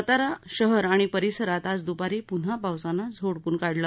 सातारा शहर आणि परिसरात आज दूपारी पुन्हा पावसानं झोडपून काढलं